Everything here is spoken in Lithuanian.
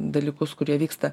dalykus kurie vyksta